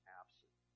absent